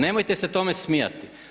Nemojte se tome smijati.